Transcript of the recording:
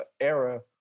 era